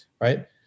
right